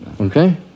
Okay